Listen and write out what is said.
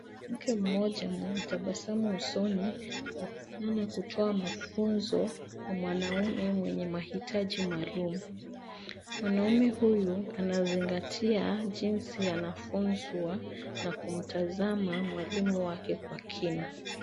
Mwanamke mmoja mwenye tabasamu usoni anaonekana kutoa mafunzo kwa mwanaume mwenye mahitaji maalum. Mwanaume anazingatia jinsi anafunzwa na kutazama mwalimu wake kwa kina.